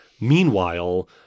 Meanwhile